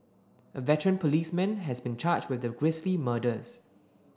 a veteran policeman has been charged with the grisly murders